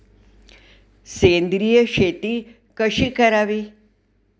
सेंद्रिय शेती कशी करावी?